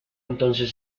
entonces